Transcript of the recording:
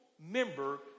member